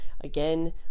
Again